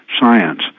science